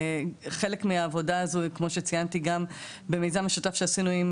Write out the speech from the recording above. חלק מהעבודה הזו היא כמו שציינתי גם במיזם משותף שעשינו עם